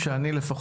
ליאור זיוון,